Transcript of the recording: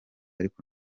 ariko